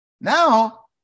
Now